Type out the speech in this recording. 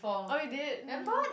oh you did mm